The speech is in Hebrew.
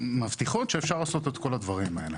מבטיחים שאפשר לעשות את כל הדברים האלה.